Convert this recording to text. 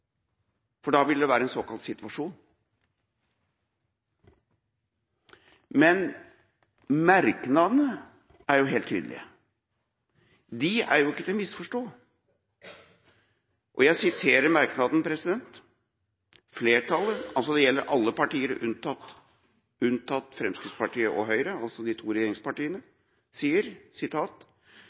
for da vil det være en såkalt «situasjon». Men merknadene er jo helt tydelige. De er ikke til å misforstå, og jeg siterer merknaden der alle partiene, unntatt de to regjeringspartiene Fremskrittspartiet og Høyre, sier: